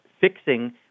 fixing